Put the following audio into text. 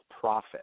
profit